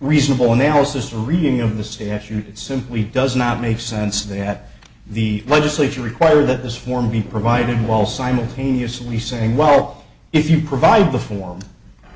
reasonable analysis reading of the statute simply does not make sense that the legislature require that this form be provided while simultaneously saying well if you provide the form